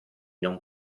non